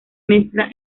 mezcla